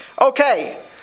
Okay